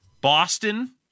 Boston